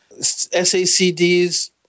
SACDs